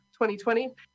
2020